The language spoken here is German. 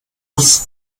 muss